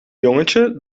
jongetje